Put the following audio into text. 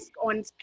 on